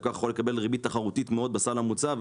לקוח יכול לקבל ריבית תחרותית מאוד בסל המוצע,